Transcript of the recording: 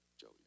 Joey